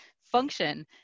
function